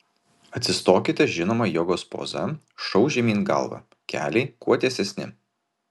atsistokite žinoma jogos poza šou žemyn galva keliai kuo tiesesni